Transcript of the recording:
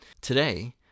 Today